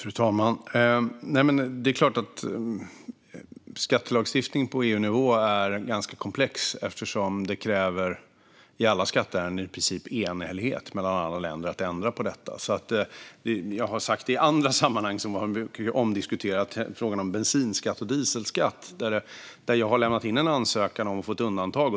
Fru talman! Det är klart att skattelagstiftning på EU-nivå är ganska komplex eftersom det i alla skatteärenden i princip krävs enhällighet mellan alla länder för att ändra på detta. Jag har sagt det i andra sammanhang som varit omdiskuterade. När det gäller frågan om bensinskatt och dieselskatt har jag lämnat in en ansökan om att få ett undantag.